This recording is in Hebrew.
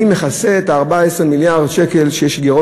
אני מכסה את ה-14 מיליארד שקל גירעון